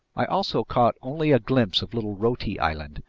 i also caught only a glimpse of little roti island,